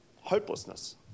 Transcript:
hopelessness